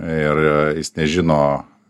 ir jis nežino